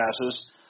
passes